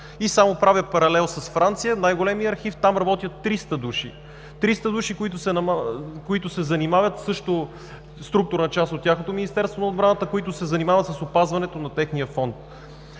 И само правя паралел с Франция – в най-големия архив, там работят 300 души. Триста души, които се занимават, също структурна част от тяхното Министерство на отбраната, с опазването на техния Фонд.